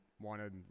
wanted